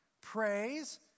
praise